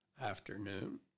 afternoon